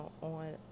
on